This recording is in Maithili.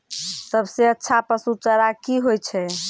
सबसे अच्छा पसु चारा की होय छै?